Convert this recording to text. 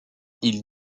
ils